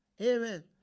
Amen